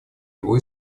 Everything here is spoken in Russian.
его